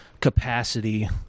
Capacity